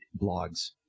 blogs